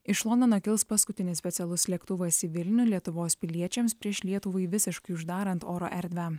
iš londono kils paskutinis specialus lėktuvas į vilnių lietuvos piliečiams prieš lietuvai visiškai uždarant oro erdvę